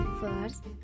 First